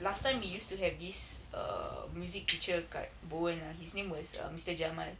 last time we used to have this err music teacher kat bowen ah his name was err mister jamal